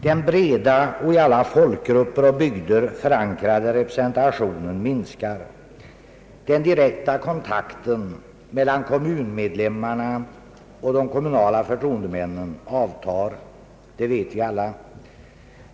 Den breda och i alla folkgrupper och bygder förankrade representationen minskar. Den direkta kontakten mellan kommunmedlemmarna och de kommunala förtroendemännen avtar.